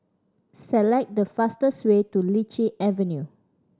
select the fastest way to Lichi Avenue